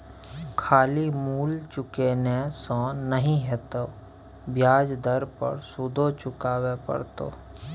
खाली मूल चुकेने से नहि हेतौ ब्याज दर पर सुदो चुकाबे पड़तौ